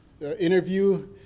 interview